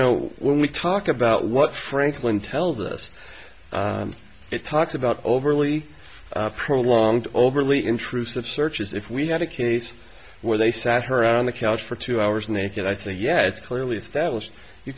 know when we talk about what franklin tells us it talks about overly prolonged overly intrusive searches if we had a case where they sat her on the couch for two hours naked i think yes clearly established you